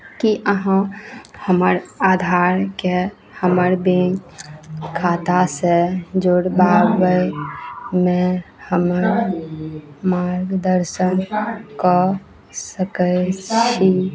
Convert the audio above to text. कि अहाँ हमर आधारकेँ हमर बैँक खातासे जोड़बाबैमे हमर मार्गदर्शन कऽ सकै छी